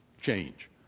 change